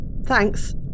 thanks